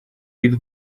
fydd